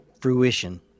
Fruition